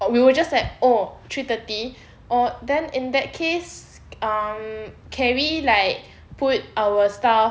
we were just like oh three thirty oh then in that case um can we like put our stuff